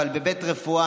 אבל בבית רפואה,